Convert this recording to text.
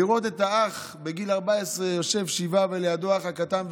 לראות את האח בגיל 14 יושב שבעה ולידו האח הקטן,